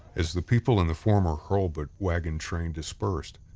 as the people in the former hurlbut wagon train dispersed,